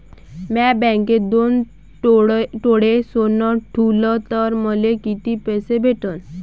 म्या बँकेत दोन तोळे सोनं ठुलं तर मले किती पैसे भेटन